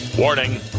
Warning